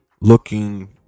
looking